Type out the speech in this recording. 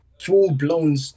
full-blown